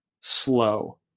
slow